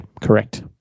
correct